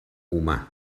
humà